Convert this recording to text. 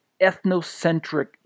ethnocentric